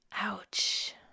Ouch